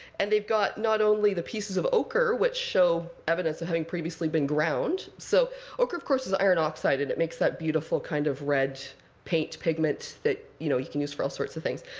and they've got not only the pieces of ochre, which show evidence of having previously been ground. so ochre, of course, is iron oxide, and it makes that beautiful kind of red paint pigment that you know you can use for all sorts of things.